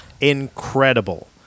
Incredible